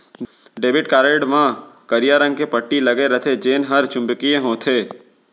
debit card म करिया रंग के पट्टी लगे रथे जेन हर चुंबकीय होथे